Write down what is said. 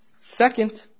Second